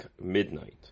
midnight